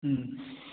ꯎꯝ